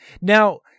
Now